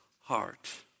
heart